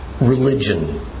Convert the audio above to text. religion